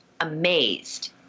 amazed